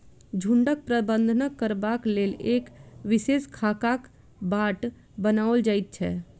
झुंडक प्रबंधन करबाक लेल एक विशेष खाकाक बाट बनाओल जाइत छै